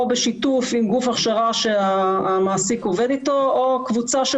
בשיתוף עם גוף הכשרה שהמעסיק עובד איתו או קבוצה של